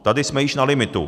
Tady jsme již na limitu.